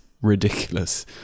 Ridiculous